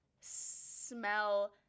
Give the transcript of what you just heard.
smell